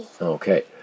Okay